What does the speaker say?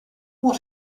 what